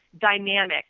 dynamic